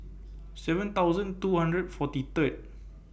seven thousand two hundred forty Third